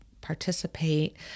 participate